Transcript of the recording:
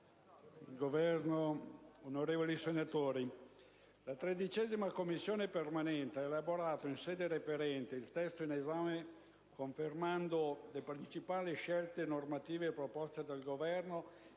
del Governo, onorevoli senatori, la 13a Commissione permanente ha elaborato in sede referente il testo in esame confermando le principali scelte normative proposte dal Governo